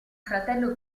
fratello